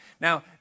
Now